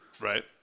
Right